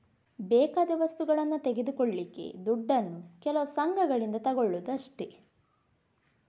ಬೇಕಾದ ವಸ್ತುಗಳನ್ನ ತೆಗೆದುಕೊಳ್ಳಿಕ್ಕೆ ದುಡ್ಡನ್ನು ಕೆಲವು ಸಂಘಗಳಿಂದ ತಗೊಳ್ಳುದು ಅಷ್ಟೇ